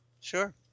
Sure